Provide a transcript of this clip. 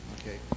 Okay